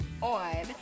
on